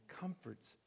comforts